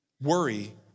worry